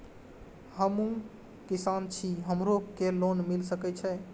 हमू किसान छी हमरो के लोन मिल सके छे?